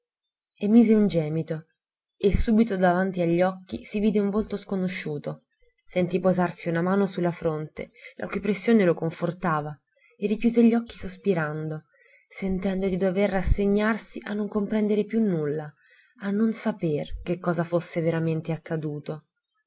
emise un gemito e subito davanti a gli occhi si vide un volto sconosciuto sentì posarsi una mano su la fronte la cui pressione lo confortava e richiuse gli occhi sospirando sentendo di dover rassegnarsi a non comprendere più nulla a non saper che cosa fosse veramente accaduto